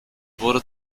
wurde